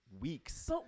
weeks